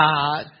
God